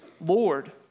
Lord